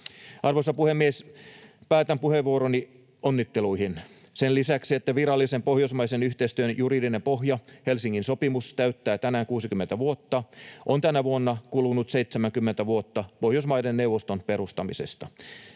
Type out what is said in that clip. Arvoisa puhemies! Päätän puheenvuoroni onnitteluihin: Sen lisäksi, että virallisen pohjoismaisen yhteistyön juridinen pohja, Helsingin sopimus, täyttää tänään 60 vuotta, on tänä vuonna kulunut 70 vuotta Pohjoismaiden neuvoston perustamisesta.